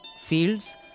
fields